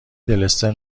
دلستر